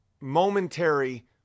momentary